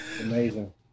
Amazing